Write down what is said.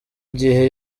gihe